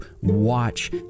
watch